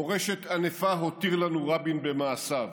מורשת ענפה הותיר לנו רבין במעשיו,